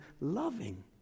loving